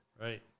Right